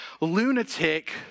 lunatic